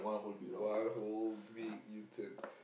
one whole big U-turn